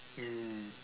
mm